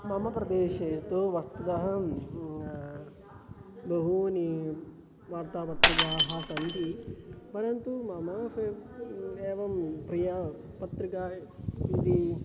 मम प्रदेशे तु वस्तुतः बह्व्यः वार्तापत्रिकाः सन्ति परन्तु मम फ़ेव् एवं प्रिया पत्रिका इति